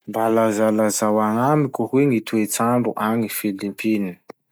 Mba lazalazao agnamiko hoe gny toetsandro agny Philippines?